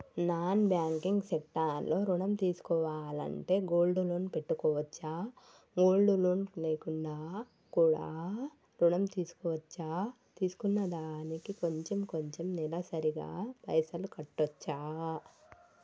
Non banking sector లో ఋణం తీసుకోవాలంటే గోల్డ్ లోన్ పెట్టుకోవచ్చా? గోల్డ్ లోన్ లేకుండా కూడా ఋణం తీసుకోవచ్చా? తీసుకున్న దానికి కొంచెం కొంచెం నెలసరి గా పైసలు కట్టొచ్చా?